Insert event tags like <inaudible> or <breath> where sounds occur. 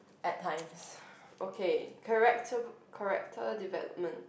at times <breath> okay chatacter de~ character development